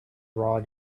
raw